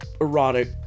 Erotic